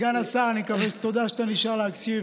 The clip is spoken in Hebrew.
סגן השר, תודה שאתה נשאר להקשיב.